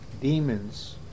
demons